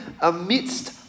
amidst